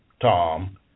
Tom